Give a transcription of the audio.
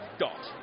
dot